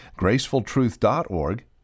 gracefultruth.org